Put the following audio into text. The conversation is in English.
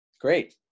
Great